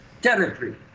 territory